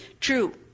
true